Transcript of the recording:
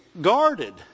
guarded